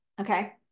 okay